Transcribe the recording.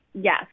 Yes